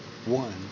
One